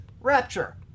rapture